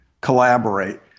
collaborate